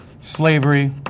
Slavery